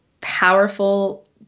powerful